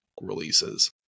releases